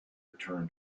return